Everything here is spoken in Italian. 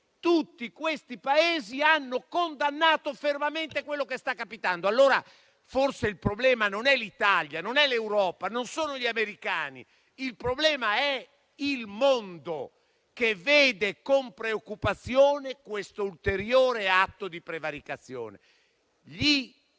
tutti quei Paesi hanno condannato fermamente quello che sta capitando. Dunque, il problema forse non è l'Italia, non è l'Europa, non sono gli americani: il problema è il mondo, che vede con preoccupazione questo ulteriore atto di prevaricazione.